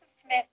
Smith